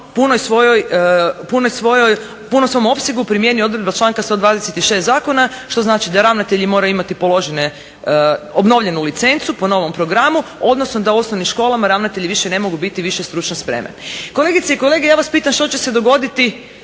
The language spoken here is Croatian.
punom svom opsegu primijeni odredba članka 126. zakona što znači da ravnatelji moraju imati položene, obnovljenu licencu po novom programu, odnosno da u osnovnim školama ravnatelji više ne mogu biti više stručne spreme. Kolegice i kolege ja vas pitam što će se dogoditi,